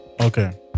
okay